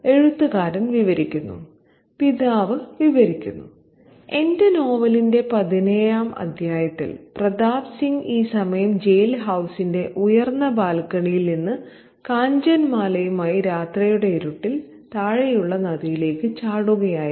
എഴുത്തുകാരൻ വിവരിക്കുന്നു പിതാവ് വിവരിക്കുന്നു എന്റെ നോവലിന്റെ പതിനേഴാം അധ്യായത്തിൽ പ്രതാപ് സിംഗ് ഈ സമയം ജയിൽ ഹൌസിന്റെ ഉയർന്ന ബാൽക്കണിയിൽ നിന്ന് കാഞ്ചൻമാലയുമായി രാത്രിയുടെ ഇരുട്ടിൽ താഴെയുള്ള നദിയിലേക്ക് ചാടുകയായിരുന്നു